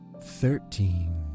Thirteen